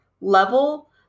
level